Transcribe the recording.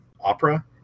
Opera